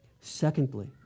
Secondly